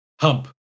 hump